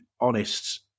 honest